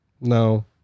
No